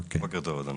בוקר טוב אדוני.